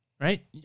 right